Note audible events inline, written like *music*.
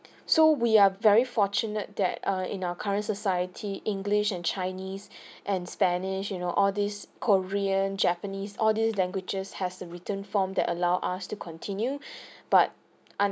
so we are very fortunate that err in our current society english and chinese *breath* and spanish you know all these korean japanese all these languages has written form that allow us to continue *breath* but un~